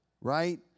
right